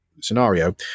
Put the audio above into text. scenario